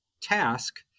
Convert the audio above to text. task